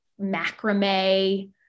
macrame